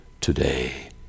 today